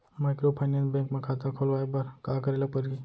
Microfinance bank म खाता खोलवाय बर का करे ल परही?